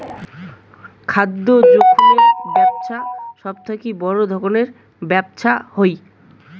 খাদ্য যোখনের বেপছা সব থাকি বড় রকমের ব্যপছা হই